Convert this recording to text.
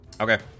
Okay